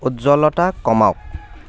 উজ্জ্বলতা কমাওক